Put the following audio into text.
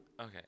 Okay